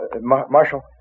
Marshal